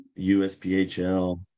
USPHL